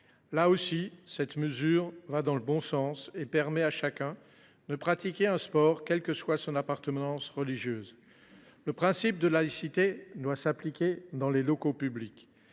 sportive. Cette mesure va dans le bon sens, car elle permettra à chacun de pratiquer un sport, quelle que soit son appartenance religieuse. Le principe de laïcité doit s’appliquer dans les locaux publics.